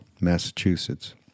Massachusetts